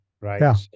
right